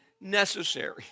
necessary